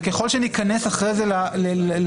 וככלל שניכנס אחרי זה לפרטים,